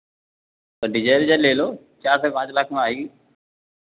तो डीज़ल उज़ल ले लो चार से पांच लाख में आएगी